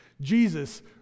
Jesus